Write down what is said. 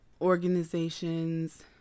organizations